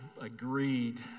agreed